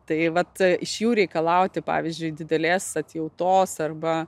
tai vat iš jų reikalauti pavyzdžiui didelės atjautos arba